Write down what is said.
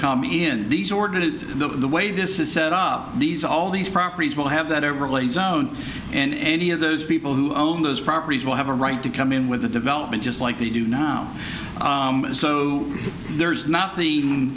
come in these ordinates the way this is set up these all these properties will have that it relates own and any of those people who own those properties will have a right to come in with the development just like they do now so there's not